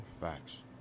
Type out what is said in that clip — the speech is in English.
Facts